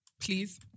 Please